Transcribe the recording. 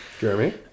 Jeremy